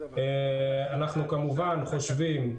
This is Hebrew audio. אנחנו כמובן חושבים,